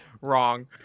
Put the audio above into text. Wrong